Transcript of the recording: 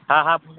હાં હાં